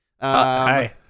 Hi